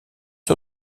sur